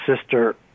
sister